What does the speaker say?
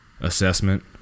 assessment